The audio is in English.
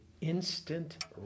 instant